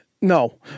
No